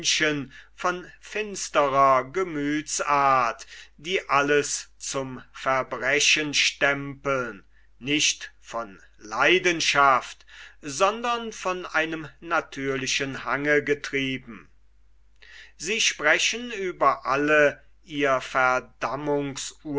von finsterer gemüthsart die alles zum verbrechen stempeln nicht von leidenschaft sondern von einem natürlichen hange getrieben sie sprechen über alle ihr